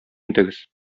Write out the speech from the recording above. итегез